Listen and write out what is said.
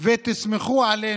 ותסמכו עלינו.